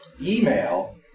Email